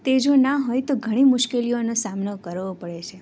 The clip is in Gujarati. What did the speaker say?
તે જો ના હોય તો ઘણી મુશ્કેલીઓને સામનો કરવો પડે છે